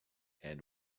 and